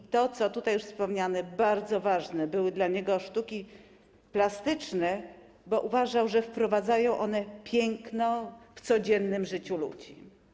I to, o czym tutaj już wspomniano: bardzo ważne były dla niego sztuki plastyczne, bo uważał, że wprowadzają one piękno w codziennym życiu ludzi.